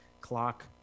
clock